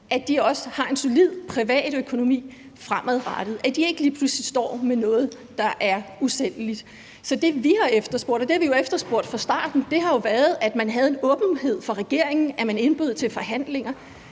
også har en solid privatøkonomi fremadrettet, og at de ikke lige pludselig står med noget, der er usælgeligt. Så det, vi har efterspurgt, og det har vi jo efterspurgt fra starten, har været, at man havde en åbenhed fra regeringens side, og at man indbød til forhandlinger.